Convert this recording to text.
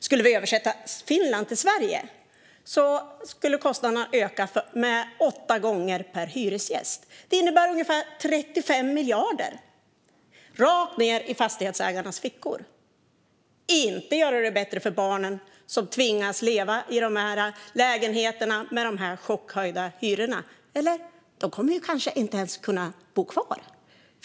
Skulle vi översätta Finland till Sverige skulle kostnaderna öka med åtta gånger per hyresgäst. Det innebär ungefär 35 miljarder rakt ned i fastighetsägarnas fickor. Det skulle inte göra det bättre för barnen som tvingas leva i lägenheterna med dessa chockhöjda hyror. De kommer kanske inte ens att kunna bo kvar.